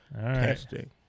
Testing